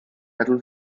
metal